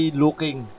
looking